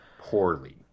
poorly